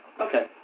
Okay